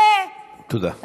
תודה.